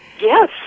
Yes